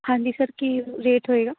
ਹਾਂਜੀ ਸਰ ਕੀ ਰੇਟ ਹੋਵੇਗਾ